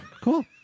Cool